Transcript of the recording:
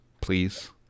please